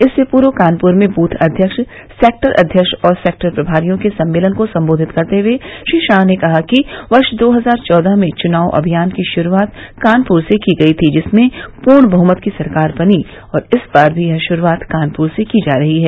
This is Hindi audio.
इससे पूर्व कानपूर में बूथ अध्यक्ष सेक्टर अध्यक्ष और सेक्टर प्रभारियों के सम्मेलन को संबोधित करते हए श्री शाह ने कहा कि वर्ष दो हजार चौदह में चुनाव अभियान की शुरूआत कानपुर से की गई थी जिसमें पूर्ण बहुमत की सरकार बनी और इस बार भी यह शुरूआत कानपुर से की जा रही है